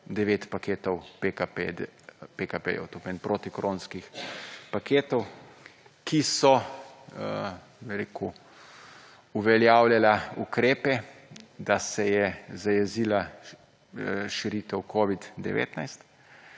devet paketov PKP-jev tukaj in protikoronskih paketov, ki so uveljavljala ukrepe, da se je zajezila širitev COVID-19